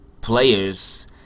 players